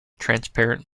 transparent